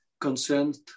consent